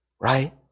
Right